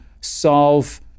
solve